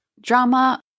drama